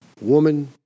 woman